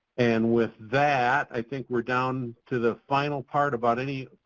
and with that, i think we're down to the final part about any,